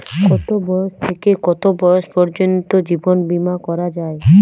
কতো বয়স থেকে কত বয়স পর্যন্ত জীবন বিমা করা যায়?